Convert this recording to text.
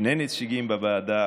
שני נציגים בוועדה,